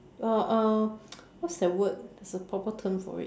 uh uh what's that word there's a proper term for it